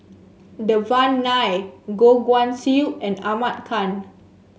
Devan Nair Goh Guan Siew and Ahmad Khan